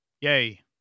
Yay